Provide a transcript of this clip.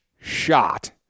shot